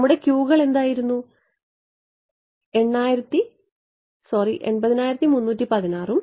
നമ്മുടെ Q കൾ എന്തായിരുന്നു 80316 ഉം ഏകദേശം 1600 ഉം